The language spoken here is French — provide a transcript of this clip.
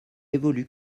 évolue